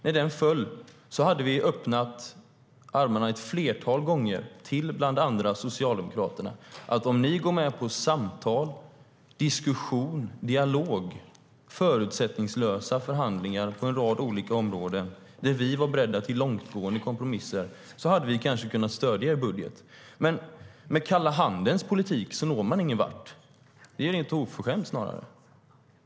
När den föll hade vi ett flertal gånger öppnat armarna för bland annat Socialdemokraterna. Om ni hade varit öppna för samtal, diskussion, dialog och förutsättningslösa förhandlingar på en rad olika områden, där vi var beredda till långtgående kompromisser, hade vi kanske kunnat stödja er budget. Men med kalla handens politik når man ingen vart. Det är snarare rent oförskämt.